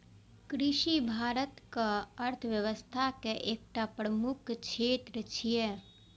कृषि भारतक अर्थव्यवस्था के एकटा प्रमुख क्षेत्र छियै